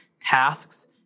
tasks